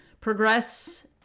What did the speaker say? progress